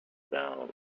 down